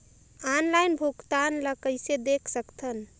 Online भुगतान ल कइसे देख सकथन?